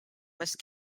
must